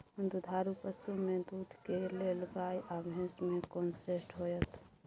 दुधारू पसु में दूध के लेल गाय आ भैंस में कोन श्रेष्ठ होयत?